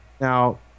Now